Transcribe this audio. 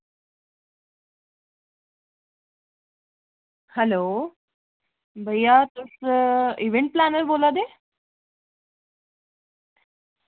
hello भैया तुस event planner बोला दे